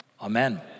Amen